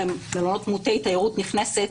שהם מלונות מיעוטי תיירות נכנסת,